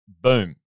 boom